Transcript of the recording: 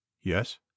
yes